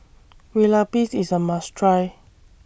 Kueh Lapis IS A must Try